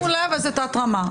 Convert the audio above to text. מי נמנע?